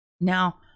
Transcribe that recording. Now